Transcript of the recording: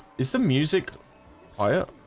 it's the music i ah